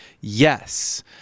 yes